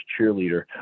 cheerleader